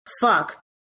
fuck